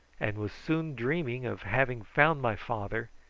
and was soon dreaming of having found my father,